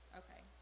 okay